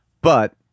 but-